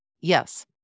Yes